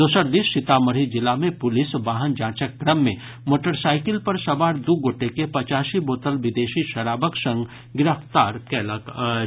दोसर दिस सीतामढ़ी जिला मे पुलिस वाहन जांचक क्रम मे मोटरसाईकिल पर सवार दू गोटे के पचासी बोतल विदेशी शराबक संग गिरफ्तार कयलक अछि